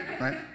right